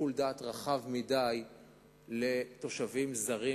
שיקול דעת רחב מדי לגבי תושבים זרים